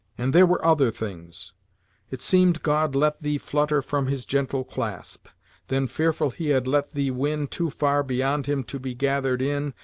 and there were other things it seemed god let thee flutter from his gentle clasp then fearful he had let thee win too far beyond him to be gathered in,